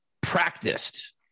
practiced